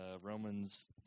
Romans